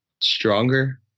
stronger